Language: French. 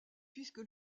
puisque